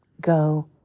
Go